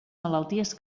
malalties